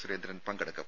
സുരേന്ദ്രൻ പങ്കെടുക്കും